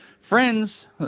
Friends